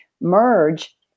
merge